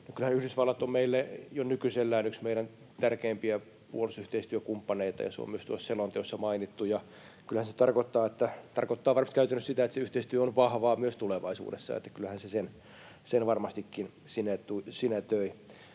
Kyllähän Yhdysvallat on meille jo nykyisellään yksi meidän tärkeimpiä puolustusyhteistyökumppaneita. Se on myös tuossa selonteoissa mainittu. Kyllähän se tarkoittaa varmasti käytännössä sitä, että se yhteistyö on vahvaa myös tulevaisuudessa, että kyllähän se sen varmastikin sinetöi.